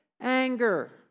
Anger